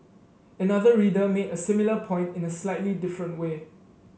another reader made a similar point in a slightly different way